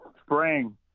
spring